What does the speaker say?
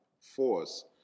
force